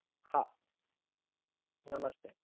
हा नमस्ते